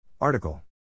Article